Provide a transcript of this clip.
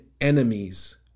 enemies